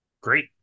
Great